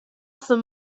some